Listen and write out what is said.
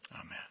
Amen